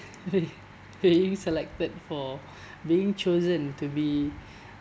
being selected for being chosen to be